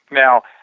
now,